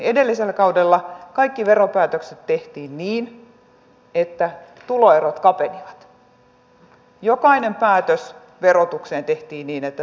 edellisellä kaudella kaikki veropäätökset tehtiin niin että tuloerot kapenivat jokainen päätös verotukseen tehtiin niin että tuloerot kapenivat